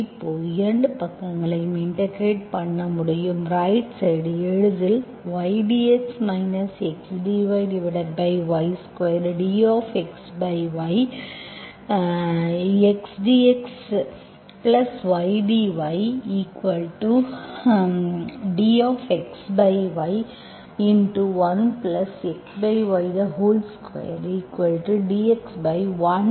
இப்போது இரு பக்கங்களையும் இன்டெகிரெட் பண்ண முடியும் ரைட் சைடு எளிதில் y dx x dyy2 dxy xdxydydxy1xy2dZ1Z2 xyZ